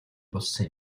болсон